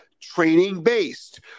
training-based